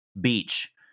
beach